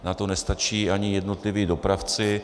Na to nestačí ani jednotliví dopravci.